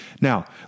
Now